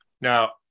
Now